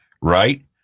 right